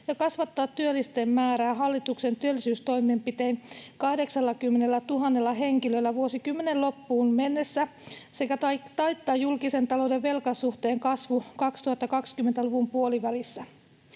ja kasvattaa työllisten määrää hallituksen työllisyystoimenpitein 80 000 henkilöllä vuosikymmenen loppuun mennessä sekä taittaa julkisen talouden velkasuhteen kasvu 2020-luvun puolivälissä.